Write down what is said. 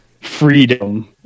freedom